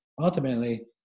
ultimately